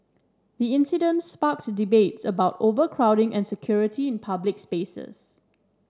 the incident sparked debates about overcrowding and security in public spaces